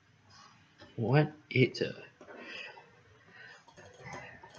what age ah